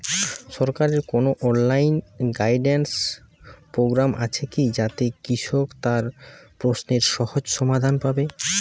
সরকারের কোনো online guidance programme আছে কি যাতে কৃষক তার প্রশ্নের সহজ সমাধান পাবে?